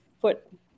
foot